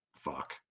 fuck